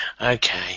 okay